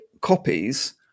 copies